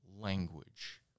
language